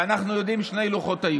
ואנחנו יודעים שהיו שני לוחות,